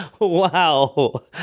Wow